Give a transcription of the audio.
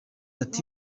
ati